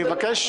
אני מבקש.